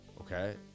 Okay